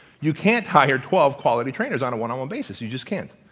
you can't hire twelve quality trainers on a one-on-one basis. you just can't.